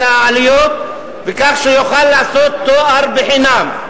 העלויות, כך שהוא יוכל לעשות תואר בחינם.